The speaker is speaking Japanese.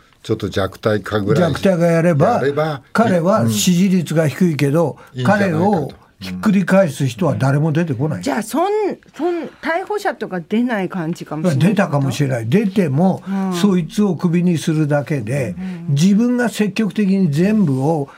ちょっと弱体化ぐらい、弱体化やれば、やれば、彼は支持率が低いけど、彼をうん。いいんじゃないかと。ひっくり返す人は誰も出てこない。じゃあ、そん- そん- 逮捕者とか出ない感じかもしれない。出たかもしれない。出ても、うん。そいつをクビにするだけで、うんうん。自分が積極的に全部を